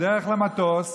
בדרך למטוס,